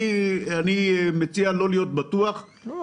אני מציע לא להיות בטוח בזה,